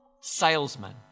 salesman